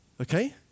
okay